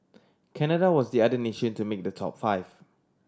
Canada was the other nation to make the top five